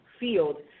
Field